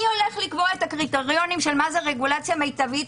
מי הולך לקבוע את הקריטריונים של מה זה רגולציה מיטבית,